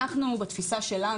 אנחנו בתפיסה שלנו,